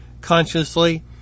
consciously